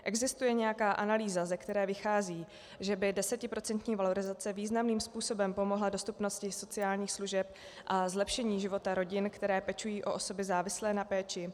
Existuje nějaká analýza, ze které vychází, že by 10procentní valorizace významným způsobem pomohla dostupnosti sociálních služeb a zlepšení života rodin, které pečují o osoby závislé na péči?